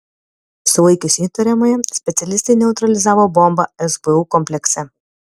sulaikius įtariamąją specialistai neutralizavo bombą sbu komplekse